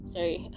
Sorry